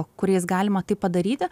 kuriais galima tai padaryti